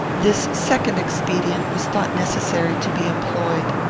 this second expedient was thought necessary to be employed.